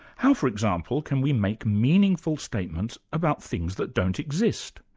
how, for example, can we make meaningful statements about things that don't exist?